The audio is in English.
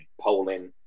Poland